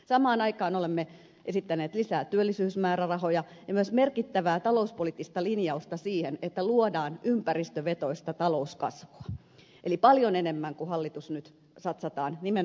samaan aikaan olemme esittäneet lisää työllisyysmäärärahoja ja myös merkittävää talouspoliittista linjausta siihen että luodaan ympäristövetoista talouskasvua eli satsataan nimenomaan viherkaulustyöpaikkoihin paljon enemmän kuin hallitus nyt satsaa